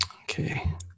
Okay